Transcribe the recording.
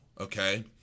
okay